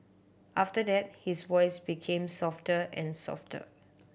after that his voice became softer and softer